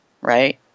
right